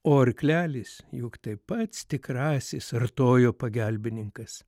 o arklelis juk tai pats tikrasis artojo pagalbininkas